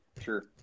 sure